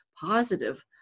positive